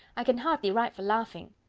i can hardly write for laughing.